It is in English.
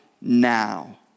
now